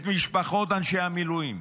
את משפחות אנשי המילואים,